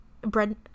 bread